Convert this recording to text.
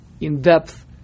in-depth